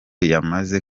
yamaze